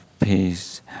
peace